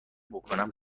بکنم